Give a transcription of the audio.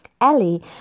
Ellie